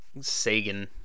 Sagan